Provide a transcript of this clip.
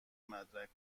مدرک